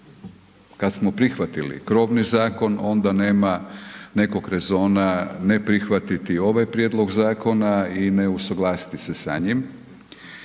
kad smo prihvatili krovni zakon, onda nema nekog rezona ne prihvatiti ovaj prijedlog zakona i ne usuglasiti se sa njim,